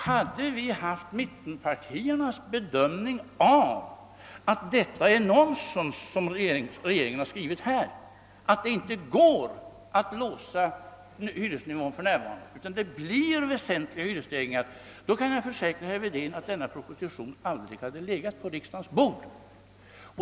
Hade vi haft mittenpartiernas bedömning att det som regeringen här har skrivit är nonsens, d.v.s. att det för närvarande inte går att låsa hyresnivån utan att det blir väsentliga hyresstegringar, då kan jag försäkra herr Wedén att denna proposition aldrig hade hamnat på riksdagens bord.